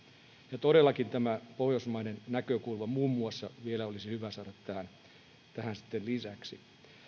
muun muassa tämä pohjoismainen näkökulma olisi vielä hyvä saada tähän lisäksi